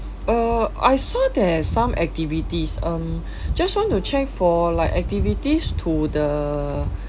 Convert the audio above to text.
uh I saw there's some activities um just want to check for like activities to the